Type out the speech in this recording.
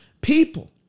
people